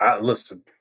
Listen